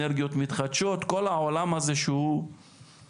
אנרגיות מתחדשות וכל העולם הזה שהוא רחוק,